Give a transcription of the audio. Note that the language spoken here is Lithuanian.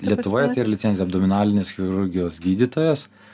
lietuvoje tai yra licenzija abdominalinės chirurgijos gydytojas